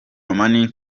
money